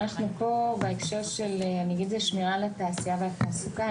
אנחנו פה בהקשר של השמירה על התעשייה והתעסוקה.